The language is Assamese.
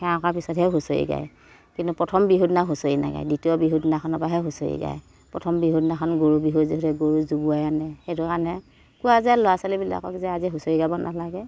সেৱা কৰাৰ পিছতহে হুঁচৰি গায় কিন্তু প্ৰথম বিহুৰ দিনা হুঁচৰি নেগায় দ্বিতীয় বিহুৰ দিনাখনৰ পৰাহে হুঁচৰি গায় প্ৰথম বিহুৰ দিনাখন গৰু বিহু যিহেতুকে গৰু জোবোৰাই আনে সেইটো কাৰণে কোৱা যায় ল'ৰা ছোৱালীবিলাকক যে আজি হুঁচৰি গাব নালাগে